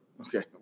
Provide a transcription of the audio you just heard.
Okay